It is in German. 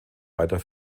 weiter